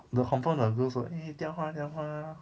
the confirm the girls will eh 吊花吊花